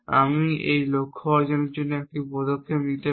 আমি এই লক্ষ্য অর্জনের জন্য একটি পদক্ষেপ নিতে পারি